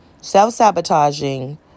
Self-sabotaging